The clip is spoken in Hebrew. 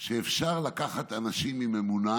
שאפשר לקחת אנשים עם אמונה